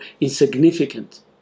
insignificant